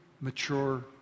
mature